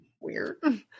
Weird